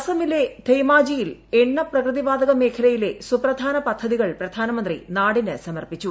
അസമിലെ ധേമാജിയിൽ എണ്ണ പ്രകൃതി വാതക മേഖലയിലെ സുപ്രധാന പദ്ധതികൾ പ്രധാനമന്ത്രി നാടിന് സമർപ്പിച്ചു